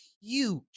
huge